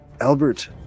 Albert